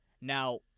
Now